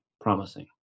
promising